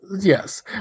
Yes